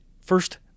first